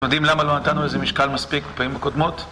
אנחנו יודעים למה לא נתנו איזה משקל מספיק לפעמים בקודמות